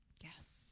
Yes